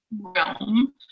realm